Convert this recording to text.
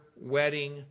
wedding